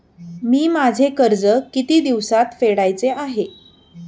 मी माझे कर्ज किती दिवसांत फेडायचे आहे?